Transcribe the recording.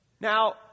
Now